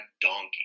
donkey